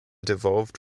devolved